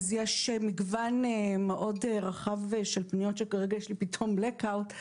יש מגוון מאוד רחב של פניות שכרגע יש לי פתאום בלאק אאוט לגביהן.